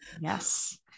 Yes